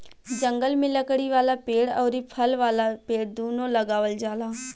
जंगल में लकड़ी वाला पेड़ अउरी फल वाला पेड़ दूनो लगावल जाला